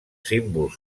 símbol